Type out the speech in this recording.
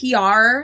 PR